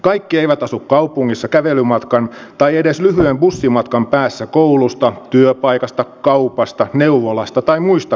kaikki eivät asu kaupungissa kävelymatkan tai edes lyhyen bussimatkan päässä koulusta työpaikasta kaupasta neuvolasta tai muista kohteista